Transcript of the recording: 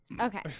Okay